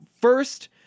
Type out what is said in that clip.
first